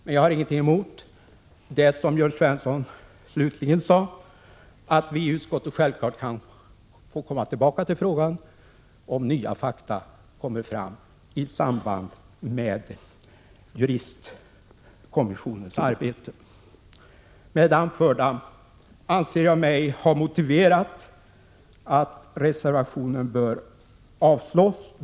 Men jag har ingenting emot det som Jörn Svensson slutligen sade, att vi i utskottet självfallet kan komma tillbaka till frågan, om nya fakta kommer fram i samband med juristkommissionens arbete. Med det anförda anser jag mig ha motiverat att reservationen bör avslås.